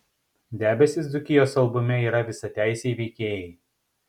debesys dzūkijos albume yra visateisiai veikėjai